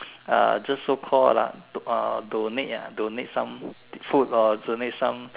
uh just so called what ah uh donate ah donate some food uh donate some